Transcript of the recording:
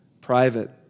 private